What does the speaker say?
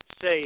say